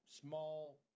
small